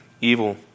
evil